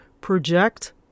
project